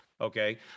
Okay